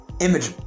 image